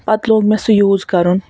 پَتہٕ لوگ مےٚ سُہ یوٗز کَرُن